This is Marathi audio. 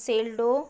सेल्डो